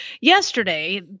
yesterday